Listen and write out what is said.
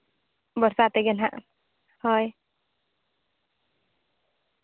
ᱵᱷᱚᱨᱥᱟ ᱛᱮᱜᱮ ᱱᱟᱜ ᱦᱳᱭ